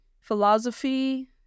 philosophy